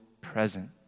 present